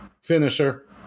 finisher